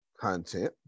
content